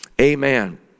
Amen